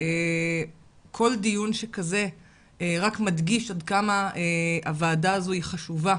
כל דיון שכזה רק מדגיש עד כמה הוועדה הזו היא חשובה.